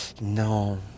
no